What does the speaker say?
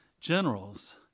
generals